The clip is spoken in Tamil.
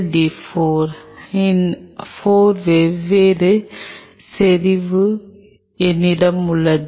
டி 4 இன் 4 வெவ்வேறு செறிவு என்னிடம் உள்ளது